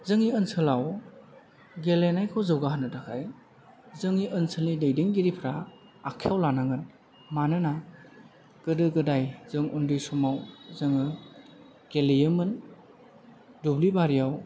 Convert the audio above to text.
जोंनि ओनसोलाव गेलेनायखौ जौगा होनो थाखाय जोंनि ओनसोलनि दैदेनगिरिफोरा आखायाव लानांगोन मानोना गोदो गोदाय जोङो उन्दै समाव जोङो गेलेयोमोन दुब्लि बारियाव